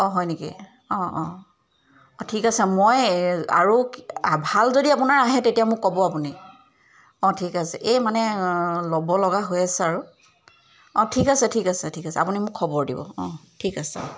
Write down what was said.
অঁ হয় নেকি অঁ অঁ অঁ ঠিক আছে মই আৰু ভাল যদি আহে তেতিয়া মোক ক'ব আপুনি অঁ ঠিক আছে এই মানে ল'বলগা হৈ আছে আৰু অঁ ঠিক আছে ঠিক আছে ঠিক আছে আপুনি মোক খবৰ দিব অঁ ঠিক আছে